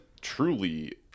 truly